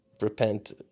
repent